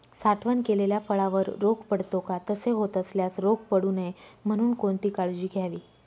साठवण केलेल्या फळावर रोग पडतो का? तसे होत असल्यास रोग पडू नये म्हणून कोणती काळजी घ्यावी?